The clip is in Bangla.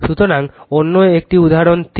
সুতরাং অন্য একটি উদাহরণ 3